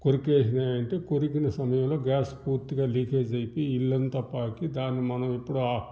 కొరికేసినాయంటే కొరికిన సమయంలో గ్యాస్ పూర్తిగా లీకేజ్ అయిపోయి ఇల్లంతా పాకి దాన్ని మనమిప్పుడు